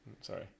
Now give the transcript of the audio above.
Sorry